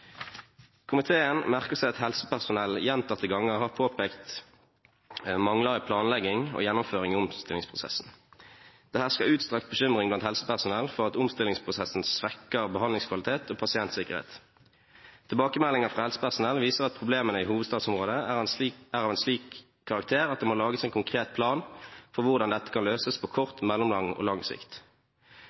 Komiteen merker seg at helsepersonell gjentatte ganger har påpekt mangler i planlegging og gjennomføring i omstillingsprosessen. Det hersker utstrakt bekymring blant helsepersonell for at omstillingsprosessen svekker behandlingskvalitet og pasientsikkerhet. Tilbakemeldinger fra helsepersonell viser at problemene i hovedstadsområdet er av en slik karakter at det må lages en konkret plan for hvordan dette kan løses på kort, mellomlang og lang sikt.